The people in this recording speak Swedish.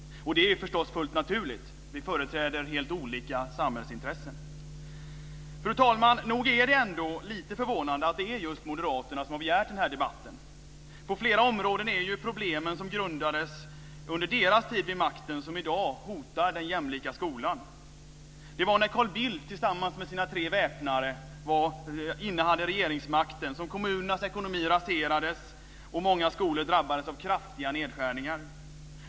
Och det är förstås naturligt, vi företräder helt olika samhällsintressen. Fru talman! Nog är det ändå lite förvånande att det just är moderaterna som begärt den här debatten. På flera områden är det ju de problem som grundades under deras tid vid makten som i dag hotar den jämlika skolan. Det var när Carl Bildt tillsammans med sina tre väpnare innehade regeringsmakten som kommunernas ekonomi raserades och många skolor drabbades av kraftiga nedskärningar.